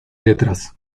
letras